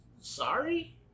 Sorry